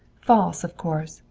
false, of course,